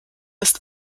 ist